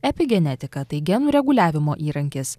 epigenetika tai genų reguliavimo įrankis